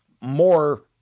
more